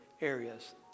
areas